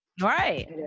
Right